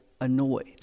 annoyed